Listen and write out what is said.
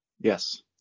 yes